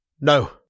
No